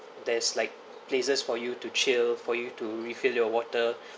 there is like places for you to chill for you to refill your water